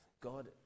God